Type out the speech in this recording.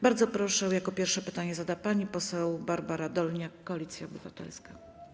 Bardzo proszę, jako pierwsza pytanie zada pani poseł Barbara Dolniak, Koalicja Obywatelska.